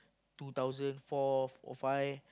two thousand four or five